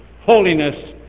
holiness